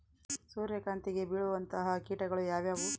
ಸೂರ್ಯಕಾಂತಿಗೆ ಬೇಳುವಂತಹ ಕೇಟಗಳು ಯಾವ್ಯಾವು?